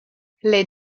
les